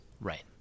Right